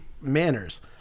manners